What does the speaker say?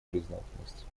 признательность